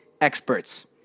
experts